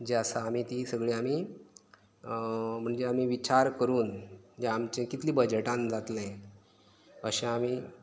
जी आसा आमी ती सगळी आमी म्हणजे आमी विचार करून जें आमचें कितलें बजटान जातलें अशें आमी